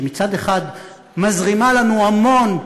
שמצד אחד מזרימה לנו המון קשישים,